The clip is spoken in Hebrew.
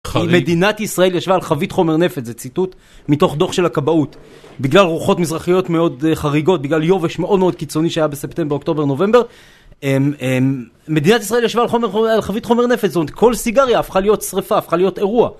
מדינת ישראל יושבה על חווית חומר נפץ, זו ציטוט מתוך דוח של הכבאות: "בגלל רוחות מזרחיות מאוד חריגות, בגלל יובש מאוד-מאוד קיצוני שהיה בספטמבר, אוקטובר, נובמבר מדינת ישראל יושבה על חבית חומר נפץ. זאת אומרת כל סיגריה הפכה להיות שריפה, הפכה להיות אירוע...